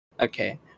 okay